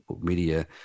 media